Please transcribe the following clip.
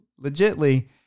legitly